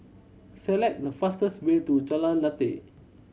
select the fastest way to Jalan Lateh